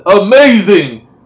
amazing